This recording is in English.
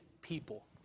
people